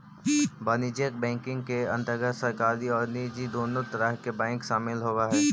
वाणिज्यिक बैंकिंग के अंतर्गत सरकारी आउ निजी दुनों तरह के बैंक शामिल होवऽ हइ